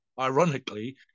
ironically